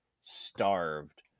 starved